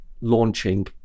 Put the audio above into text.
launching